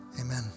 Amen